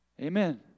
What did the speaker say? Amen